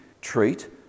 Treat